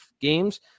games